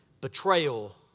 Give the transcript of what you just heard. betrayal